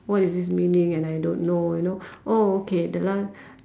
what is this meaning and I don't know you know oh okay the last